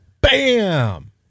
bam